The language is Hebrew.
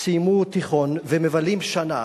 סיימו תיכון ומבלים שנה